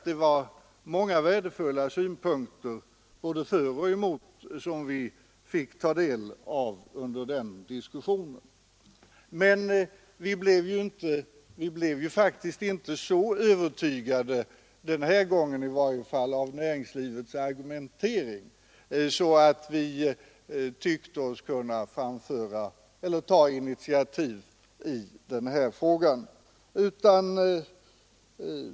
Det var många värdefulla synpunkter, både för och emot, som vi fick ta del av under den diskussionen. Men vi blev faktiskt inte så övertygade — inte den gången i varje fall — av näringslivets argumentering att vi tyckte oss kunna ta ett initiativ i denna fråga.